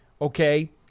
okay